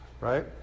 right